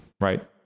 right